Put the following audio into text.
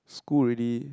school already